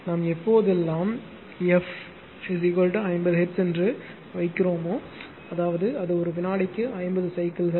நாம் எப்போதெல்லாம் f f 50 hertz என்று வைக்கும்போது அதாவது இது வினாடிக்கு 50 சைக்கிள்கள்